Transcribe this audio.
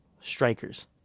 strikers